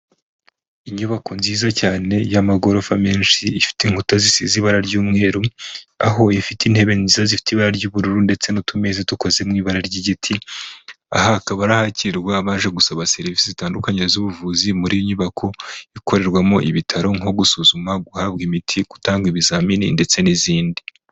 Inyubako nziza cyane y'amagorofa menshi, ifite inkuta zisize ibara ry'umweru, aho ifite intebe nziza zifite ibara ry'ubururu ndetse n'utunezi dukoze mu ibara ry'igiti, aha aka ari ahakirwa abaje gusaba serivisi zitandukanye z'ubuvuzi, muri iyi nyubako ikorerwamo ibitaro, nko gusuzuma, guhabwa imiti, gutanga ibizamini ndetse n'izindi.